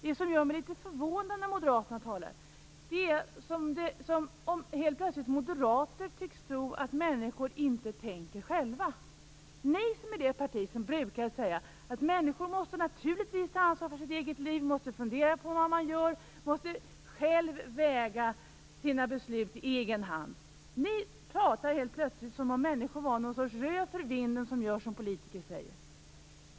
Det som gör mig litet förvånad när Moderaterna talar är att det verkar som om moderater helt plötsligt tycks tro att människor inte tänker själva. Moderaterna är ju det parti som brukar säga att människor naturligtvis måste ta ansvar för sitt eget liv, måste fundera på vad man gör och själv väga sina beslut i egen hand. Moderaterna pratar helt plötsligt som om människor var ett rö för vinden, som gör som politiker säger.